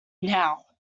now